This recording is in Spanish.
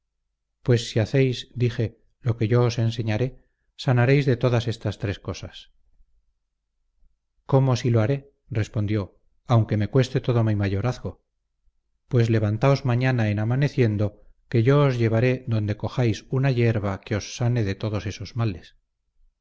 pues si hacéis dije lo que yo os enseñaré sanaréis de todas estas tres cosas cómo si lo haré respondió aunque cueste todo mi mayorazgo pues levantaos mañana en amaneciendo que yo os llevaré donde cojáis una yerba que os sane de todos esos males